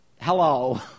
hello